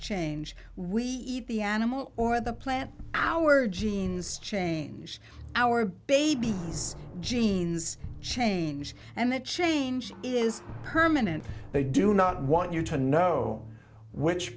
change we eat the animal or the plant our genes change our babies genes change and that change is permanent they do not want you to know which